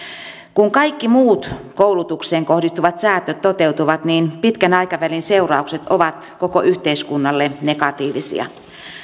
kun kaikki muut koulutukseen kohdistuvat säästöt toteutuvat niin pitkän aikavälin seuraukset ovat koko yhteiskunnalle negatiivisia